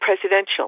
presidential